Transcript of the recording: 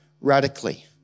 radically